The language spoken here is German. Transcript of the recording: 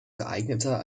geeigneter